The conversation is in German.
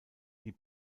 die